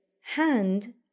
hand